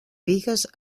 bigues